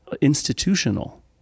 institutional